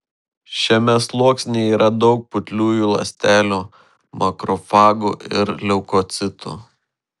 šiame sluoksnyje yra daug putliųjų ląstelių makrofagų ir leukocitų